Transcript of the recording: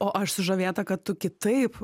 o aš sužavėta kad tu kitaip